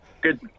Good